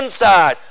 inside